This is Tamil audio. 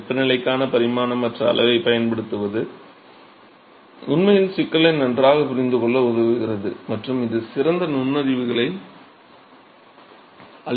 வெப்பநிலைக்கான பரிமாணமற்ற அளவைப் பயன்படுத்துவது உண்மையில் சிக்கலை நன்றாகப் புரிந்துகொள்ள உதவுகிறது மற்றும் இது சிறந்த நுண்ணறிவுகளை அளிக்கிறது